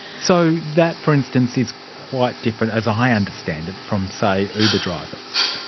so that, for instance, is quite different, as i understand it, from, say, uber drivers.